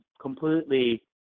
completely